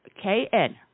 KN